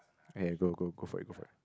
okay go go go for it go for it